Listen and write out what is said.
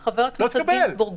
אבל חבר הכנסת גינזבורג,